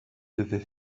devait